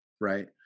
right